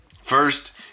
First